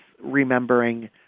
remembering